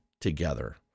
together